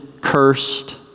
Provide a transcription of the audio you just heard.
cursed